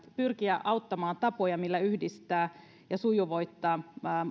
pyrkiä auttamaan tapoja millä yhdistää ja sujuvoittaa